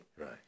Right